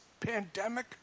pandemic